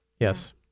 Yes